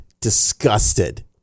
Disgusted